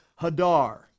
Hadar